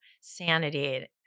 sanity